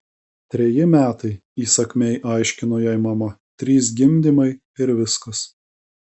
treji metai įsakmiai aiškino jai mama trys gimdymai ir viskas